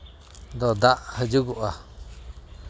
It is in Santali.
ᱫᱚ ᱫᱟᱜ ᱦᱤᱡᱩᱜᱚᱜᱼᱟ